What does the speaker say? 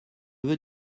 veux